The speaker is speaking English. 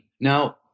Now